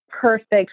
perfect